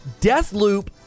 Deathloop